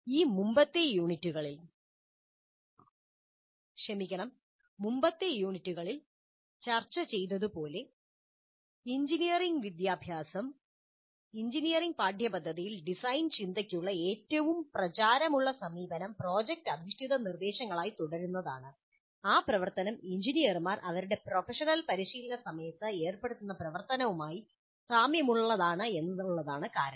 ഈ മുമ്പത്തെ യൂണിറ്റുകളിൽ ചർച്ച ചെയ്തതുപോലെ എഞ്ചിനീയറിംഗ് പാഠ്യപദ്ധതിയിൽ ഡിസൈൻ ചിന്തയ്ക്കുള്ള ഏറ്റവും പ്രചാരമുള്ള സമീപനം പ്രോജക്റ്റ് അധിഷ്ഠിത നിർദ്ദേശങ്ങളായി തുടരുന്നതാണ് ആ പ്രവർത്തനം എഞ്ചിനീയർമാർ അവരുടെ പ്രൊഫഷണൽ പരിശീലന സമയത്ത് ഏർപ്പെടുന്ന പ്രവർത്തനവുമായി വളരെ സാമ്യമുള്ളതാണ് എന്നതാണ് കാരണം